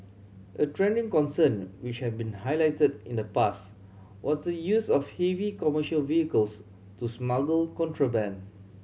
a trending concern which have been highlighted in the past was the use of heavy commercial vehicles to smuggle contraband